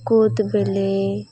ᱠᱩᱫ ᱵᱤᱞᱤ